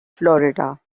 florida